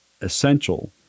essential